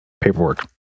Paperwork